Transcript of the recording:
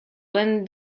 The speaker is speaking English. when